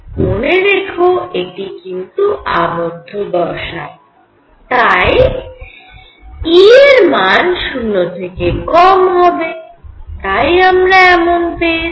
মনে রেখো এটি কিন্তু আবদ্ধ দশা আর তাই E এর মান 0 থেকে কম হবে তাই আমরা এমন পেয়েছি